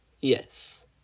yes